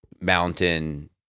mountain